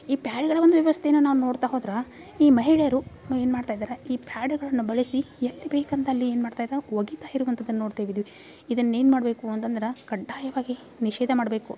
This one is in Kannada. ಈ ಪ್ಯಾಡುಗಳ ಒಂದು ವ್ಯವಸ್ಥೆಯನ್ನು ನಾವು ನೋಡ್ತಾ ಹೋದ್ರೆ ಈ ಮಹಿಳೆಯರು ಇನ್ನೂ ಏನು ಮಾಡ್ತಾ ಇದಾರೆ ಈ ಪ್ಯಾಡುಗಳನ್ನು ಬಳಸಿ ಎಲ್ಲಿ ಬೇಕೆಂದ್ ಅಲ್ಲಿ ಏನು ಮಾಡ್ತಾ ಇದಾರೆ ಒಗೀತ ಇರುವಂಥದನ್ ನೋಡ್ತೇವೆ ಇದೀವಿ ಇದನ್ನು ಏನು ಮಾಡಬೇಕು ಅಂತಂದ್ರೆ ಕಡ್ಡಾಯವಾಗಿ ನಿಷೇಧ ಮಾಡಬೇಕು